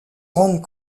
rendent